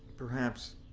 perhaps